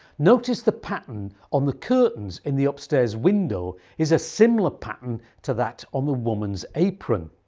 notice the pattern on the curtains in the upstairs window is a similar pattern to that on the woman's apron.